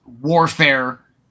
warfare